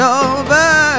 over